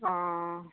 অ